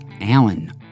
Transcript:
Alan